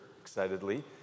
excitedly